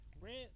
Rent